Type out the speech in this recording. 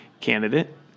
candidate